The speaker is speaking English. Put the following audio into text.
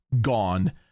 gone